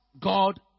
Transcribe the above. God